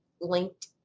linked